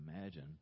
imagine